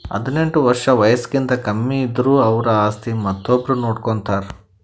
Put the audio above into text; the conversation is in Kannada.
ಹದಿನೆಂಟ್ ವರ್ಷ್ ವಯಸ್ಸ್ಕಿಂತ ಕಮ್ಮಿ ಇದ್ದುರ್ ಅವ್ರ ಆಸ್ತಿ ಮತ್ತೊಬ್ರು ನೋಡ್ಕೋತಾರ್